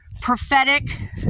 prophetic